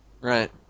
Right